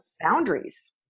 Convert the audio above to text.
boundaries